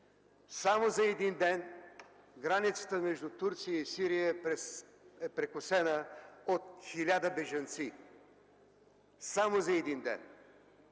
Само за един ден границата между Турция и Сирия е прекосена от 1000 бежанци. Само за един ден!